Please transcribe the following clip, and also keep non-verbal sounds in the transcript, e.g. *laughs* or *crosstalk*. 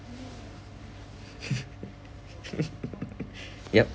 *laughs* *laughs* yup